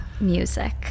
music